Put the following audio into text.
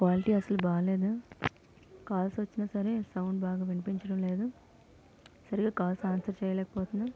quality అసలు బాగా లేదు కాల్స్ వచ్చిన సరే సౌండ్ బాగా వినిపించడం లేదు సరిగా కాల్స్ ఆన్సర్ చేయలేకపోతున్నాను